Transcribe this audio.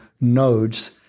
nodes